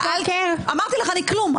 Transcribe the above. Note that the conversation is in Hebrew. אמרתי לך אני כלום.